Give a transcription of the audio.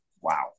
Wow